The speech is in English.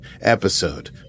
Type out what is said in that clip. episode